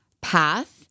path